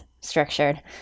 structured